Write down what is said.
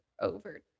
over